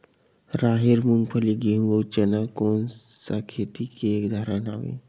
राहेर, मूंगफली, गेहूं, अउ चना कोन सा खेती के उदाहरण आवे?